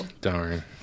Darn